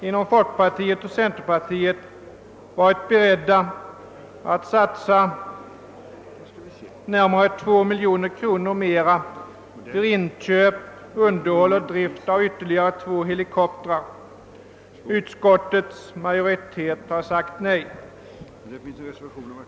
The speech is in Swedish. Inom folkpartiet och centerpartiet har vi varit beredda att satsa närmare 2 miljoner kronor mera för inköp, underhåll och drift av ytterligare två helikoptrar. Utskottets majoritet har sagt nej.